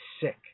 sick